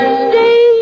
stay